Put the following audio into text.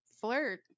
flirt